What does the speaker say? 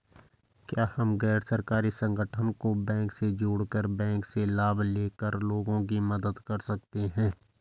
क्या हम गैर सरकारी संगठन को बैंक से जोड़ कर बैंक से लाभ ले कर लोगों की मदद कर सकते हैं?